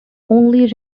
only